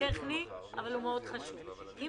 אתה יודע, המחלוקות האלה